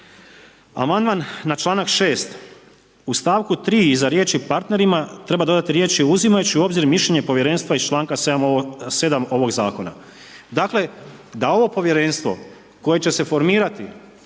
Amandman na članak 6., u stavku 3. iza riječi partnerima treba dodati riječi uzimajući u obzir mišljenje povjerenstva iz članka 7. ovog zakona. Dakle da ovo povjerenstvo koje će se formirati